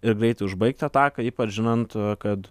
ir greitai užbaigti ataką ypač žinant kad